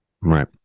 Right